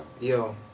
Yo